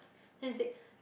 then she said